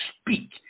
speak